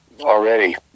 already